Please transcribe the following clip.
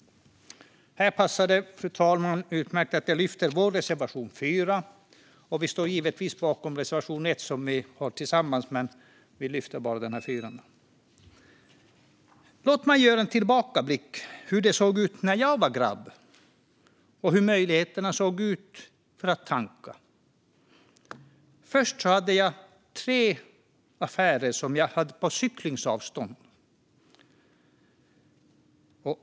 Fru talman! Här passar det utmärkt att jag yrkar bifall till vår reservation 4, men vi står givetvis bakom även reservation 1 som vi har tillsammans med S och MP. Låt mig göra en tillbakablick på hur det såg ut när jag var grabb och hur möjligheterna då såg ut för att tanka. Först och främst hade jag tre affärer på cyklingsavstånd.